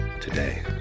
today